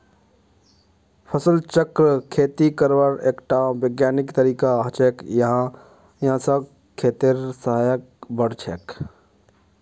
फसल चक्र खेती करवार एकटा विज्ञानिक तरीका हछेक यहा स खेतेर सहार बढ़छेक